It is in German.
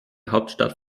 hauptstadt